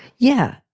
yeah.